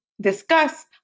discuss